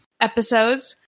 episodes